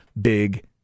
Big